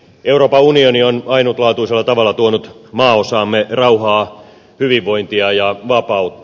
euroopan unioni on ainutlaatuisella tavalla tuonut maanosaamme rauhaa hyvinvointia ja vapautta